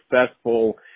successful